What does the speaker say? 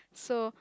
so